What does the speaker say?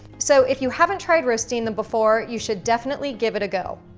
so if you haven't tried roasting them before you should definitely give it a go.